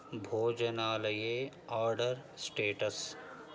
भोजनालये order status